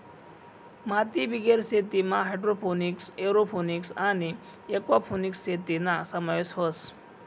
मातीबिगेर शेतीमा hydroponics, aeroponics आणि एक्वापोनिक्स शेतीना समावेश व्हस